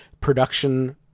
production